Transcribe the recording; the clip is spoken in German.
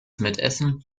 mitessen